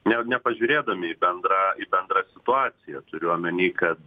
ne nepažiūrėdami į bendrą į bendrą situaciją turiu omeny kad